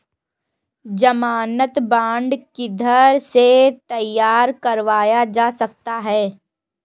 ज़मानत बॉन्ड किधर से तैयार करवाया जा सकता है?